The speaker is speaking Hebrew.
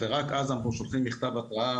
ורק אז אנחנו שולחים מכתב התראה,